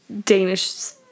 danish